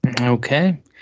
Okay